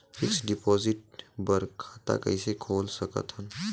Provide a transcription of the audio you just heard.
Fixed deposit बर खाता कइसे खोल सकत हन?